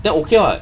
then okay [what]